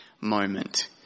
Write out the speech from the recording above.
moment